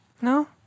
No